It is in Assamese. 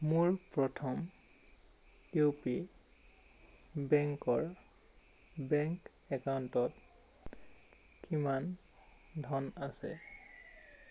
মোৰ প্ৰথম ইউ পি বেংকৰ বেংক একাউণ্টত কিমান ধন আছে